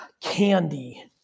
candy